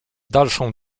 dalszą